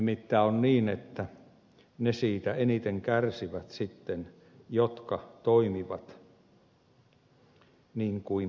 nimittäin on niin että siitä eniten kärsivät sitten ne jotka toimivat niin kuin pitäisi toimia